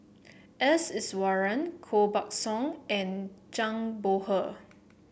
S Iswaran Koh Buck Song and Zhang Bohe